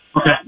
Okay